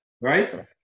right